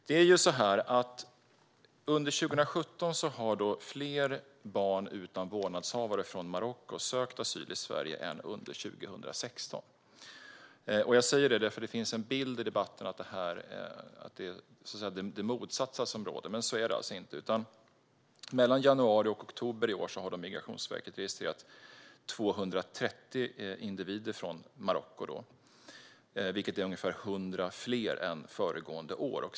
Det är ju så att under 2017 har fler barn från Marocko, utan vårdnadshavare, sökt asyl i Sverige än under 2016. Jag säger detta eftersom det finns en bild i debatten av att det motsatta förhållandet råder. Men så är det alltså inte, utan mellan januari och oktober i år har Migrationsverket registrerat 230 individer från Marocko, vilket är ungefär 100 fler än föregående år.